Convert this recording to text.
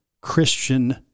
Christian